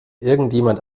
irgendjemand